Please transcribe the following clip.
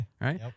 right